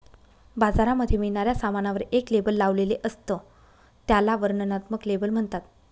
बाजारामध्ये मिळणाऱ्या सामानावर एक लेबल लावलेले असत, त्याला वर्णनात्मक लेबल म्हणतात